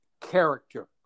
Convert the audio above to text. character